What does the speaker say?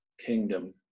kingdom